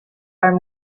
are